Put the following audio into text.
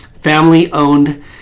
Family-owned